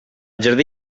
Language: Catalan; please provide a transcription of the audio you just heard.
jardí